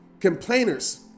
complainers